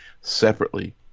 separately